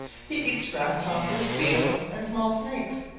he eats grasshoppers, beetles and small snakes,